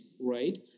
right